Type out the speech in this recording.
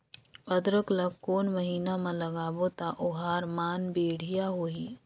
अदरक ला कोन महीना मा लगाबो ता ओहार मान बेडिया होही?